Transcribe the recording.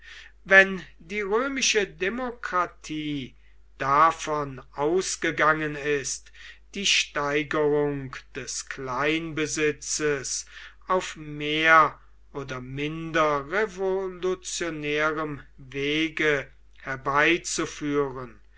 wenn die römische demokratie davon ausgegangen ist die steigerung des kleinbesitzes auf mehr oder minder revolutionärem wege herbeizuführen